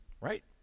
right